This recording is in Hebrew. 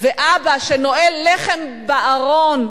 ואבא שנועל לחם בארון,